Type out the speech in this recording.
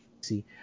See